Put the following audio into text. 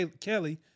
Kelly